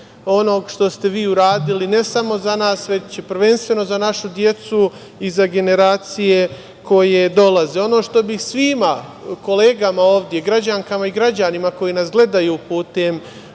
onoga što ste vi uradili, ne samo za nas, već prvenstveno za našu decu i za generacije koje dolaze. Ono što bi svim kolegama ovde, građankama i građanima koji nas gledaju putem